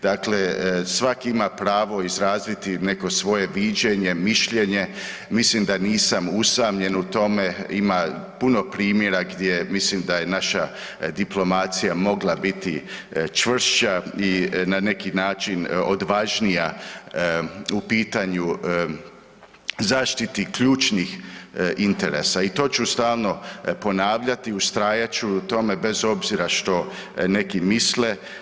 Dakle, svak ima pravo izraziti neko svoje viđenje, mišljenje, mislim da nisam usamljen u tome, ima puno primjera gdje mislim da je naša diplomacija mogla biti čvršća i na neki način odvažnija u pitanju zaštiti ključnih interesa i to ću stalno ponavljati, ustrajat ću na tome bez obzira što neki misle.